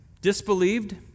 Disbelieved